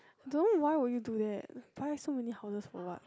don't know why will you do that buy so many houses for what